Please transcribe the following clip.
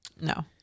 No